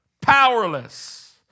powerless